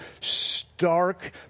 stark